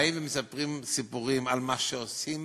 שבאים ומספרים סיפורים על מה שעושים